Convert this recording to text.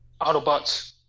Autobots